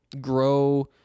grow